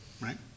right